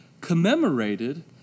commemorated